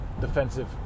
defensive